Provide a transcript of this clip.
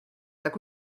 tak